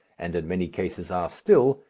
and in many cases are still,